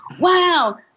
wow